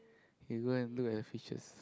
can go and look at fishes